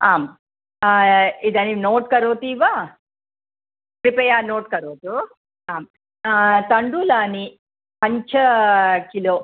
आम् इदानीं नोट् करोति वा कृपया नोट् करोतु आं तण्डुलानि पञ्च किलो